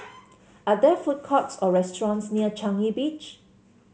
are there food courts or restaurants near Changi Beach